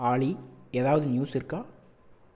ஆலி ஏதாவது நியூஸ் இருக்கா